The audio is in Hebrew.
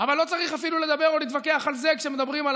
אבל לא צריך אפילו לדבר או להתווכח על זה כשמדברים על